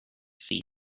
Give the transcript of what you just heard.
see